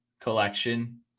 collection